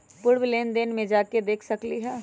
पूर्व लेन देन में जाके देखसकली ह?